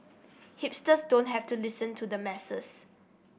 hipsters don't have to listen to the masses